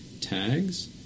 tags